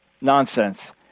nonsense